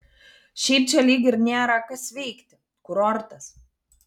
šiaip čia lyg ir nėra kas veikti kurortas